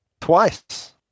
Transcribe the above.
twice